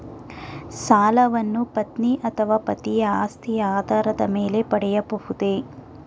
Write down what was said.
ಸಾಲವನ್ನು ಪತ್ನಿ ಅಥವಾ ಪತಿಯ ಆಸ್ತಿಯ ಆಧಾರದ ಮೇಲೆ ಪಡೆಯಬಹುದೇ?